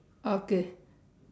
okay